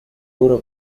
duro